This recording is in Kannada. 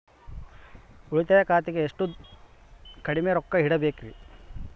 ಉಳಿತಾಯ ಖಾತೆಗೆ ಎಷ್ಟು ಕಡಿಮೆ ರೊಕ್ಕ ಇಡಬೇಕರಿ?